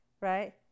right